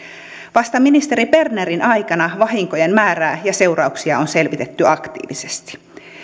vasta ministeri bernerin aikana vahinkojen määrää ja seurauksia on selvitetty aktiivisesti